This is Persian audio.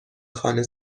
خانه